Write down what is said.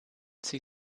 sie